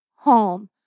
home